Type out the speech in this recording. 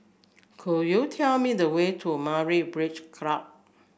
could you tell me the way to Myra Beach Club